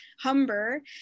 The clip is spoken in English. Humber